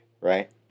right